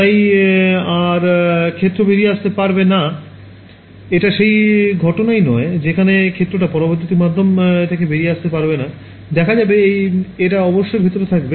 তাই আর ক্ষেত্র বেরিয়ে আসতে পারবে না এটা সেই ঘটনাই নয় যেখানে ক্ষেত্র টা পরাবৈদ্যুতিক মাধ্যম থেকে বেরিয়ে আসতে পারবে না দেখা যাবে এটা অবশ্যই ভেতরে থাকবে